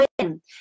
win